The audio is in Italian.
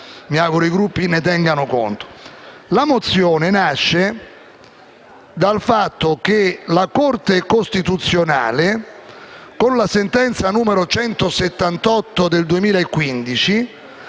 mi auguro che i Gruppi ne tengano conto.